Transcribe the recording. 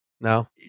no